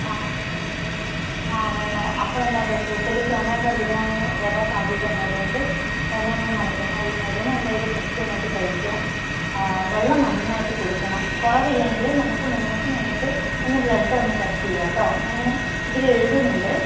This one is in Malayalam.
ആ ആ വേണ്ട അപ്പോൾ എന്താണ് അറിയുമോ കൂടുതൽ ചുമയൊക്കെ വരുവാണെങ്കിൽ വരാൻ സാധ്യതയുണ്ട് അതുകൊണ്ട് തലയൊന്നും നനക്കേണ്ട ഈ മരുന്ന് എന്തായാലും കൃത്യമായിട്ട് കഴിക്കുക വെള്ളം നന്നായിട്ട് കുടിക്കണം കുറവില്ലെങ്കിൽ നമുക്ക് മൂന്നുദിവസം കഴിഞ്ഞിട്ട് ഒന്നു ബ്ലഡ് ഒന്ന് ടെസ്റ്റ് ചെയ്യാം കേട്ടോ ഞാൻ ഇതിൽ എഴുതുന്നുണ്ട്